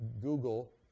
Google